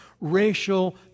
racial